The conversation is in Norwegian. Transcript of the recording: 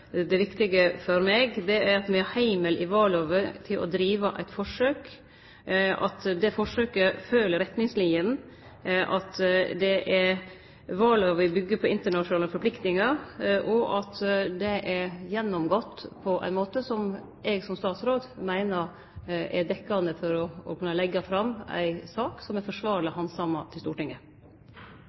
det viktige for meg. Det er at me har heimel i vallova til å drive eit forsøk, at det forsøket følgjer retningslinene, at vallova byggjer på internasjonale forpliktingar, og at det er gjennomgått på ein måte som eg som statsråd meiner er dekkjande for å kunne leggje fram ei sak for Stortinget som er forsvarleg handsama. Presidenten gjentar at den tekniske løsningen som vi nå har i Stortinget,